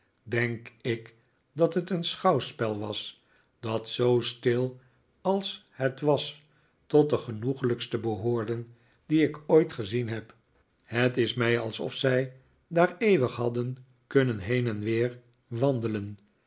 denk ik dat het een schouwspel was dat zoo stil als het was tot de genoeglijkste behoorde die ik ooit gezien heb het is mij alsof zij daar eeuwig hadden kunnen heen en weer wandelen